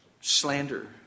slander